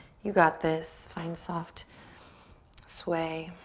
you got this. find soft sway.